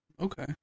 Okay